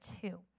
two